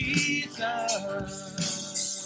Jesus